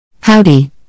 Howdy